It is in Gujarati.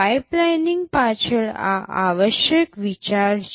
પાઇપલાઇનિંગ પાછળ આ આવશ્યક વિચાર છે